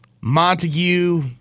Montague